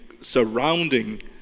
surrounding